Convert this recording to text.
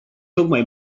tocmai